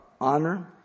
honor